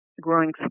growing